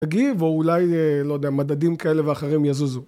תגיב, או אולי, לא יודע, מדדים כאלה ואחרים יזוזו.